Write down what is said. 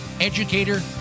educator